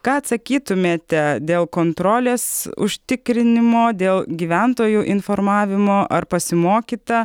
ką atsakytumėte dėl kontrolės užtikrinimo dėl gyventojų informavimo ar pasimokyta